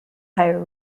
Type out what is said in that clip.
higher